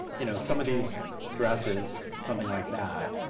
you know some of these dresses, something like that.